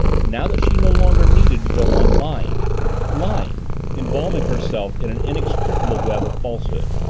now that she no longer needed to go on lying lying involving herself in an inextricable web of falsehood.